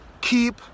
Keep